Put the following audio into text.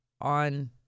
on